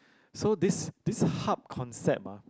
so this this hub concept ah